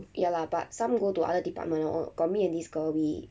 ya lah but some go to other department lor got me and this girl we